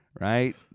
Right